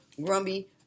grumpy